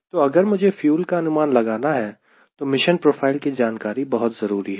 तो अगर मुझे फ्यूल का अनुमान लगाना है तो मिशन प्रोफाइल की जानकारी बहुत जरूरी है